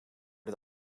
dit